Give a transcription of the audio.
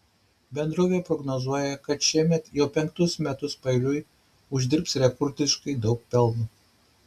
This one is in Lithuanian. bendrovė prognozuoja kad šiemet jau penktus metus paeiliui uždirbs rekordiškai daug pelno